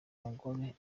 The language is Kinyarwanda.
mugore